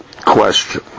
question